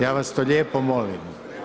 Ja vas to lijepo molim.